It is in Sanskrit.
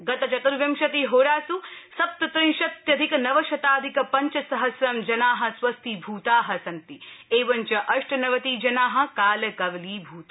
गतचतुर्विशतिहोरास् सप्त त्रिंशत्यधिक नवशताधिक पञ्च सहम्रं जना स्वस्थीभूता सन्ति एवञ्च अष्टनवति जना कालकवलीभूता